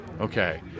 Okay